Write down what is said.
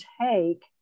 take